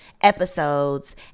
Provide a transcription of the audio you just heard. episodes